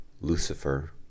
Lucifer